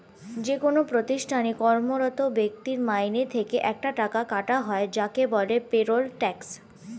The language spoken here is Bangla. যেকোন প্রতিষ্ঠানে কর্মরত ব্যক্তির মাইনে থেকে একটা টাকা কাটা হয় যাকে বলে পেরোল ট্যাক্স